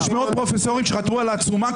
יש מאות פרופסורים שחתמו על עצומה.